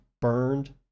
burned